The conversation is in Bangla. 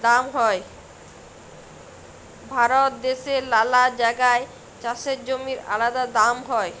ভারত দ্যাশের লালা জাগায় চাষের জমির আলাদা দাম হ্যয়